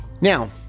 Now